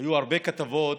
היו הרבה כתבות